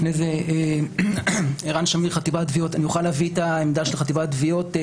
לפני זה אני אוכל להביא את העמדה של חטיבת התביעות?